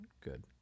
good